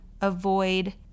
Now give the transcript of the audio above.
avoid